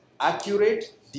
accurate